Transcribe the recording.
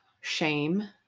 shame